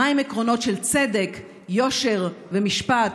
מה עם עקרונות של צדק, יושר ומשפט?